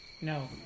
No